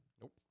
Nope